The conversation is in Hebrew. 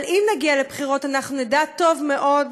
אבל אם נגיע לבחירות, אנחנו נדע טוב מאוד